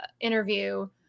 interview